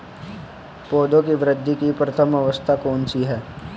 पौधों की वृद्धि की प्रथम अवस्था कौन सी है?